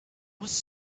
was